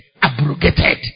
abrogated